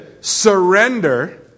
surrender